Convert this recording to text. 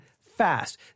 fast